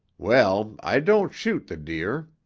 well, i don't shoot the deer.